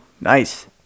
nice